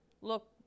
look